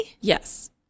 Yes